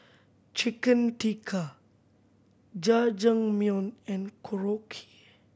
Chicken Tikka Jajangmyeon and Korokke